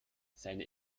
seine